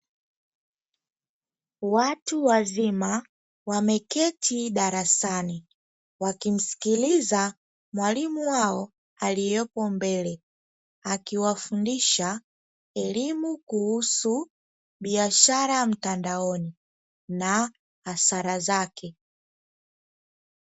Watu wazima wameketi darasani, wakimsikilza mwalimu wao aliyepo mbele, akiwafundisha elimu kuhusu biashara mtandaoni na hasara zake.